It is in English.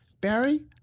Barry